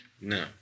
No